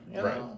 right